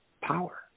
power